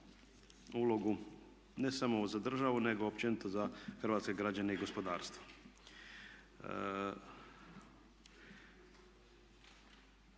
ulogu ne samo za državu, nego općenito za hrvatske građane i gospodarstvo.